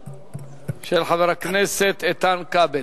והיא של חבר הכנסת איתן כבל.